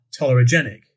tolerogenic